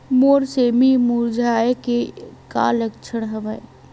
मोर सेमी मुरझाये के का लक्षण हवय?